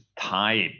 type